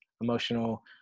emotional